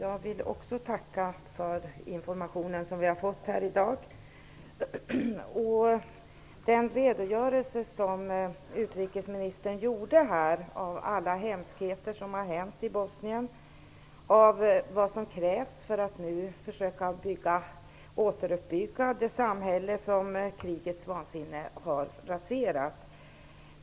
Fru talman! Jag tackar också för den information som vi fått här i dag. Utrikesministern redogjorde för alla hemskheter som hänt i Bosnien och för vad som krävs för att nu försöka återuppbygga det samhälle som krigets vansinne har raserat.